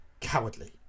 Cowardly